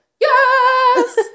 yes